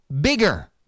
bigger